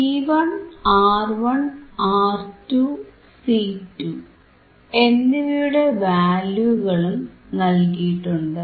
C1 R1 R2 C2 എന്നിവയുടെ വാല്യൂകളും നൽകിയിട്ടുണ്ട്